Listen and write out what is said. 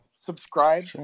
subscribe